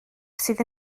sydd